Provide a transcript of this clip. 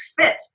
fit